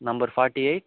number forty eight